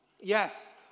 Yes